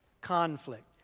conflict